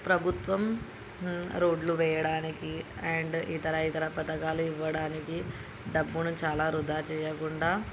ప్రభుత్వం రోడ్లు వేయడానికి అండ్ ఇతర ఇతర పథకాలు ఇవ్వడానికి డబ్బును చాలా వృథా చేయకుండా